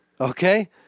Okay